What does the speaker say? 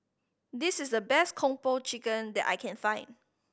this is the best Kung Po Chicken that I can find